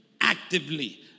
actively